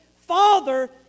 father